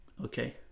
okay